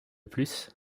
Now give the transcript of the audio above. plus